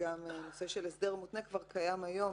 וגם נושא של הסדר מותנה כבר קיים היום